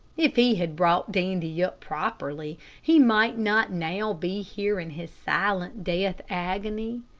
if he had brought dandy up properly he might not now be here in his silent death agony.